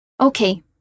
Okay